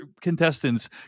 contestants